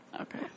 Okay